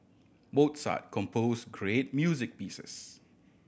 Mozart compose great music pieces